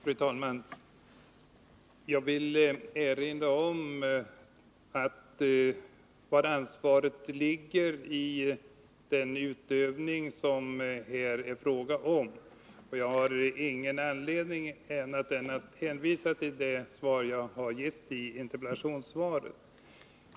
Fru talman! Jag vill erinra om var ansvaret ligger i den utövning som det här är fråga om. Jag har ingen anledning att göra annat än att hänvisa till det svar som jag har gett på frågan.